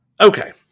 Okay